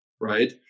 Right